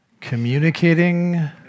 communicating